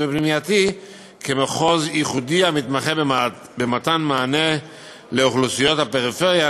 ופנימייתי כמחוז ייחודי המתמחה במתן מענה לאוכלוסיות הפריפריה,